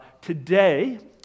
Today